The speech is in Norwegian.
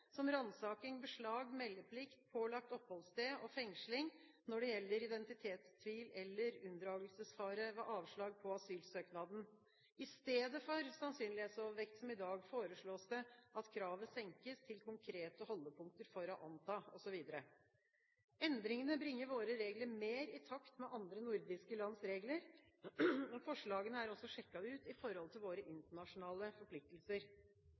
som ransaking, beslag, meldeplikt, pålagt oppholdssted og fengsling når det gjelder identitetstvil eller unndragelsesfare ved avslag på asylsøknaden. I stedet for sannsynlighetsovervekt, som i dag, foreslås det at kravet senkes til konkrete holdepunkter for «å anta» osv. Endringene bringer våre regler mer i takt med andre nordiske lands regler. Forslagene er også sjekket ut i forhold til våre internasjonale forpliktelser.